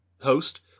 host